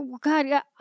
God